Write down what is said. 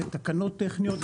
זה תקנות טכניות,